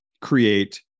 create